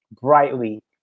brightly